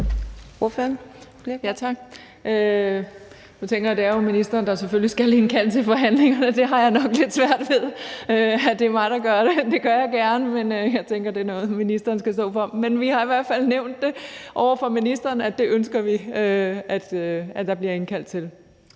er ministeren, der skal indkalde til forhandlinger – jeg har nok lidt svært ved, at det er mig, der skal gøre det. Det gør jeg gerne, men jeg tænker, at det er noget, ministeren skal stå for. Men vi har i hvert fald nævnt over for ministeren, at det ønsker vi der bliver indkaldt til.